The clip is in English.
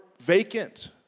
vacant